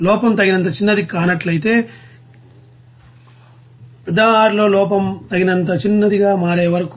లోపం తగినంత చిన్నది కానట్లయితే R లో లోపం తగినంత చిన్నదిగా మారే వరకు